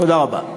תודה רבה.